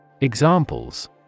Examples